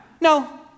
No